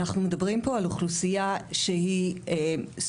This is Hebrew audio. אנחנו מדברים פה על אוכלוסייה שהיא שורדת.